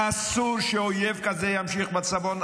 אסור שאויב כזה ימשיך בצפון.